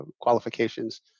qualifications